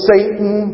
Satan